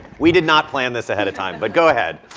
we did not plan this ahead of time, but go ahead.